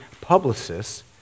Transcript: publicists